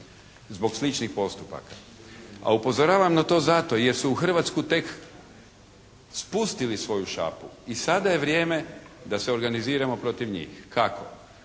zbog sličnih postupaka. A upozoravam na to zato jer su u Hrvatsku tek spustili svoju šapu i sada je vrijeme da se organiziramo protiv njih. Kako?